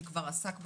שכבר עסק בנושא,